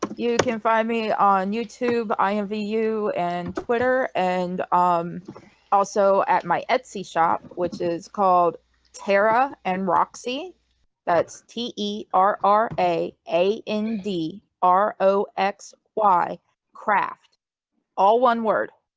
you can find me on youtube i envy you and twitter and um also at my etsy shop, which is called tara and roxy that's t e r r a a n d r o x y craft all one word